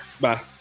Bye